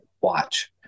watch